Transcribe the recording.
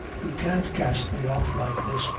you can't cast me off like this,